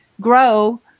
grow